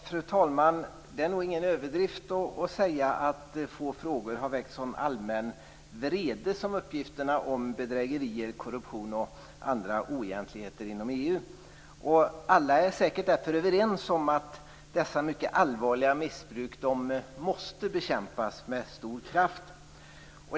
Fru talman! Det är nog ingen överdrift att säga att få frågor har väckt sådan allmän vrede som uppgifterna om bedrägerier, korruption och andra oegentligheter inom EU. Alla är säkert därför överens om att dessa mycket allvarliga missbruk måste bekämpas med stor kraft.